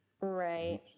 Right